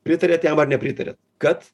pritariat jam ar nepritaria kad